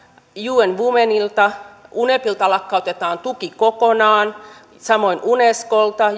un womenilta unepilta lakkautetaan tuki kokonaan samoin unescolta